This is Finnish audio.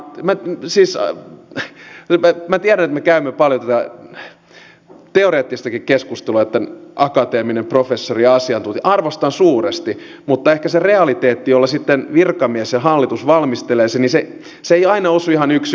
minä tiedän että me käymme paljon tätä teoreettistakin keskustelua että näin sanoo akateeminen professori ja asiantuntija ja arvostan suuresti mutta ehkä se realiteetti jolla sitten virkamies ja hallitus valmistelevat sen ei aina osu sen kanssa ihan yksi yhteen